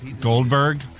Goldberg